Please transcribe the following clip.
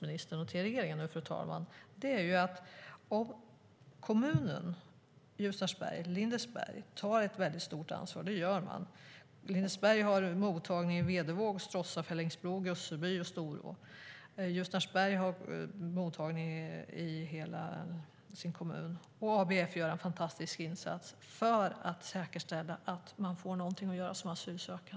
Ljusnarsberg och Lindesberg tar ett stort ansvar. Lindesberg har flyktingmottagning i Vedevåg, Stråssa, Fellingsbro, Gusselby och Storå. Ljusnarsberg har flyktingmottagning i hela sin kommun. Och ABF gör en fantastisk insats för att säkerställa att de asylsökande får någonting att göra.